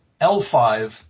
L5